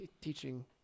teaching